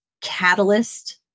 catalyst